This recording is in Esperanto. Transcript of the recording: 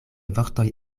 vortoj